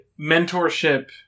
mentorship